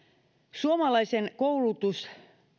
suomalaisen koulutus